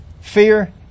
fear